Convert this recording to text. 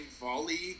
volley